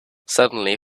suddenly